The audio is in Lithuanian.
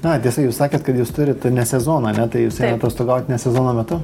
na tiesa jūs sakėt kad jūs turit ne sezoną ane tai jūs atostogaujat ne sezono metu